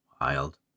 wild